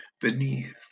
beneath